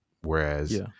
Whereas